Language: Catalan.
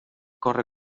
corre